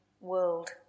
world